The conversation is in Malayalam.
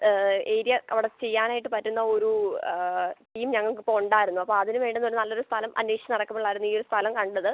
ഏരിയ അവിടെ ചെയ്യാനായിട്ട് പറ്റുന്ന ഒരു ടീം ഞങ്ങൾക്ക് ഇപ്പോൾ ഉണ്ടായിരുന്നു അപ്പോൾ അതിന് വേണ്ടുന്നൊരു നല്ലൊര് സ്ഥലം അന്വേഷിച്ച് നടക്കുമ്പളായിരുന്നു ഈ ഒര് സ്ഥലം കണ്ടത്